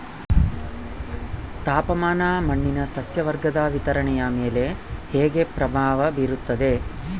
ತಾಪಮಾನ ಮಣ್ಣಿನ ಸಸ್ಯವರ್ಗದ ವಿತರಣೆಯ ಮೇಲೆ ಹೇಗೆ ಪ್ರಭಾವ ಬೇರುತ್ತದೆ?